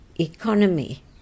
economy